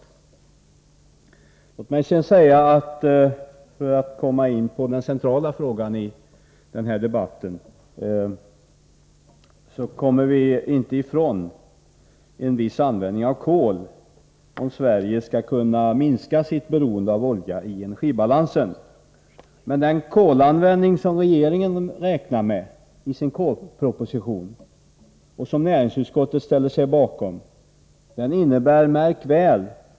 Låt mig sedan säga, för att komma in på den centrala frågan i denna debatt, att vi inte kommer ifrån en viss användning av kol om Sverige skall kunna minska sitt beroende av olja i energibalansen. Den kolanvändning som regeringen räknar med i sin kolproposition och som näringsutskottet ställer sig bakom innebär — märk väl!